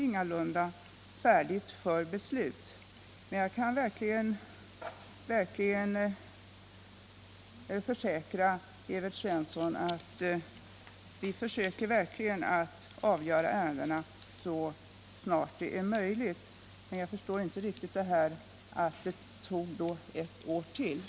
Anser statsrådet att den nuvarande situationen är tillfredsställande, eller är statsrådet beredd att vidta åtgärder för breddning av läkarutbildningen för att därmed på sikt underlätta för mindre sjukhus att upprätthålla en god och allsidig service?